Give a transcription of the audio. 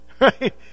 right